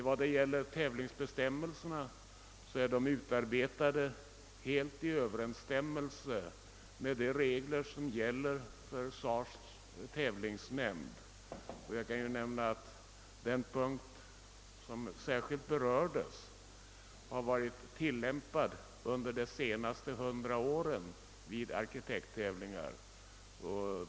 Vad gäller tävlingsbestämmelserna, så är de utarbetade helt i överensstämmelse med de regler som gäller för SAR: s tävlingsnämnds. Och jag kan ju nämna att den bestämmelse som särskilt berörts har tillämpats under de senaste hundra åren vid arkitekttävlingar.